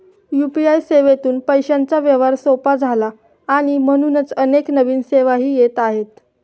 UPI सेवेतून पैशांचा व्यवहार सोपा झाला आणि म्हणूनच अनेक नवीन सेवाही येत आहेत